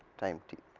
time t,